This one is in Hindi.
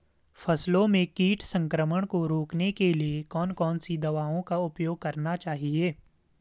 फसलों में कीट संक्रमण को रोकने के लिए कौन कौन सी दवाओं का उपयोग करना चाहिए?